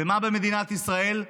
ומה במדינת ישראל?